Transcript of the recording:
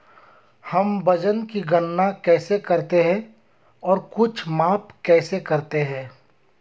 हम वजन की गणना कैसे करते हैं और कुछ माप कैसे करते हैं?